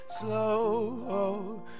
slow